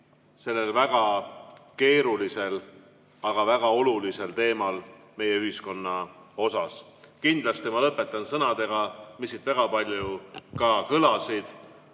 sellel väga keerulisel, aga väga olulisel teemal meie ühiskonna jaoks. Ma lõpetan sõnadega, mis siit väga palju on kõlanud: